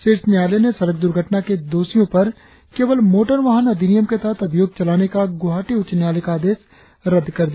शीर्ष न्यायालय ने सड़क दुर्घटना के दोसियों पर केवल मोटर वाहन अधिनियम के तहत अभियोग चलाने का गुवाहाटी उच्च न्यायालय का आदेश रद्द कर दिया